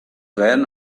ran